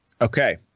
Okay